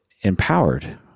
empowered